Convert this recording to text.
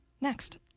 Next